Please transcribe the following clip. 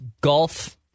golf